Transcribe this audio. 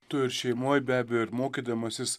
tu ir šeimoj be abejo ir mokydamasis